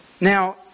Now